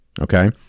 Okay